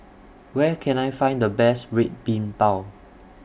Where Can I Find The Best Red Bean Bao